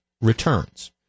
returns